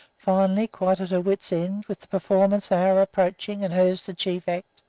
finally, quite at her wit's end, with the performance hour approaching and hers the chief act.